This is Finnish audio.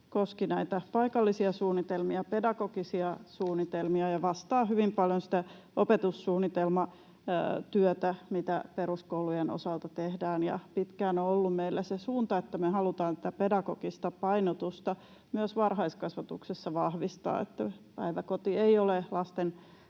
näitä paikallisia suunnitelmia, pedagogisia suunnitelmia, ja vastaa hyvin paljon sitä opetussuunnitelmatyötä, mitä peruskoulujen osalta tehdään. Meillä on pitkään ollut se suunta, että me halutaan tätä pedagogista painotusta myös varhaiskasvatuksessa vahvistaa. Päiväkoti ei ole lasten